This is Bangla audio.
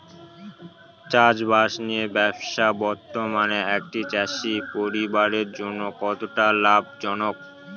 চাষবাষ নিয়ে ব্যবসা বর্তমানে একটি চাষী পরিবারের জন্য কতটা লাভজনক?